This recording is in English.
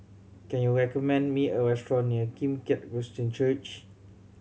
can you recommend me a restaurant near Kim Keat Christian Church